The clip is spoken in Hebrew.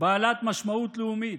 בעלת משמעות לאומית,